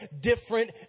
different